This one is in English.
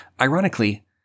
Ironically